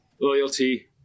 loyalty